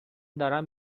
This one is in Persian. دارم